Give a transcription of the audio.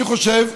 אני חושב,